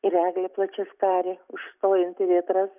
ir eglė plačiaskarė užstojanti vėtras